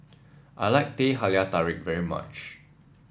I like Teh Halia Tarik very much